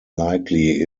likely